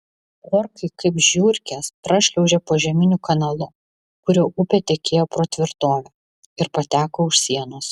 orkai kaip žiurkės prašliaužė požeminiu kanalu kuriuo upė tekėjo pro tvirtovę ir pateko už sienos